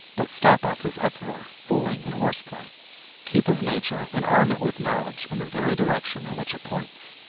but stop off his uproar, fooling, and horseplay keep his nature and arm it with knowledge in the very direction in which it points.